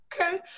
okay